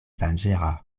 danĝera